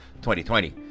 2020